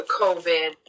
COVID